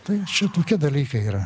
tai čia tokie dalykai yra